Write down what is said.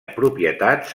propietats